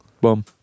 Boom